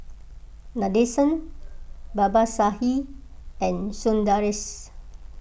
Nadesan Babasaheb and Sundaresh